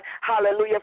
hallelujah